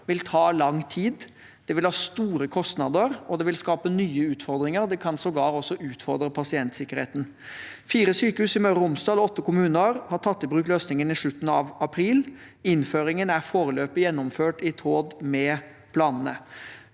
vil ta lang tid. Det vil ha store kostnader, det vil skape nye utfordringer, og det kan sågar utfordre pasientsikkerheten. Fire sykehus i Møre og Romsdal, i åtte kommuner, tok i bruk løsningen i slutten av april. Innføringen er foreløpig gjennomført i tråd med planene.